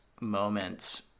moments